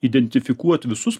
identifikuot visus